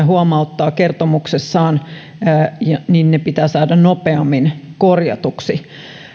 huomauttaa kertomuksessaan todellakin pitäisi saada nopeammin korjatuksi